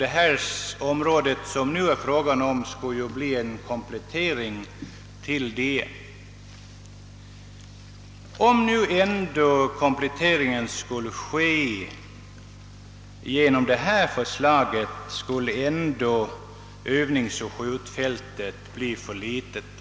Det område som det nu är fråga om skulle bli en komplettering. Om kompletteringen skulle genomföras enligt det föreliggande förslaget, skulle Öövningsoch skjutfältet ändå bli för litet.